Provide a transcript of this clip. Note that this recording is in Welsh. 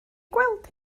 gweld